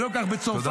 זה לא כך בצרפת,